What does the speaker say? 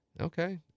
Okay